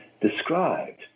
described